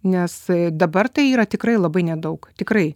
nes dabar tai yra tikrai labai nedaug tikrai